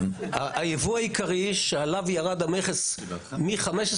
הייבוא העיקרי שעליו ירד המכס מ-15